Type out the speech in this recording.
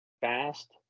fast